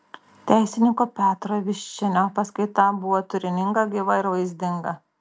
teisininko petro viščinio paskaita buvo turininga gyva ir vaizdinga